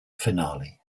finale